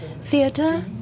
theatre